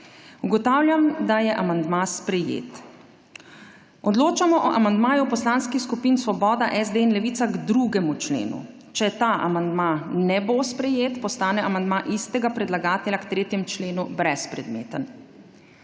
Ugotavljam, da je amandma sprejet. Odločamo o amandmaju poslanskih skupin Svoboda, SD in Levica k 2. členu. Če ta amandma ne bo sprejet, postane amandma istega predlagatelja k 3. členu brezpredmeten.